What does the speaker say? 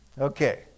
Okay